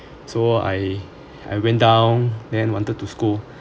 so I I went down then wanted to scold